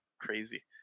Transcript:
crazy